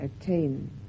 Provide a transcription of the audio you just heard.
attain